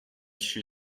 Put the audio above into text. she